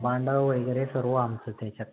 बांधा वगैरे सर्व आमचं त्याच्यात